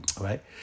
right